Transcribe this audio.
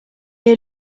est